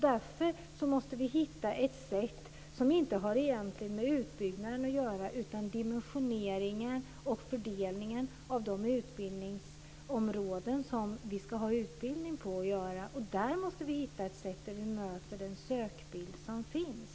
Därför måste vi hitta ett sätt som egentligen inte har med utbyggnaden att göra, utan med dimensioneringen och fördelningen av de utbildningsområden som vi ska ha utbildning på. Där måste vi hitta ett sätt att möta den sökbild som finns.